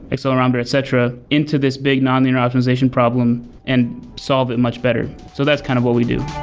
accelerometer, etc, into this big nonlinear opposition problem and solve it much better. so that's kind of what we do.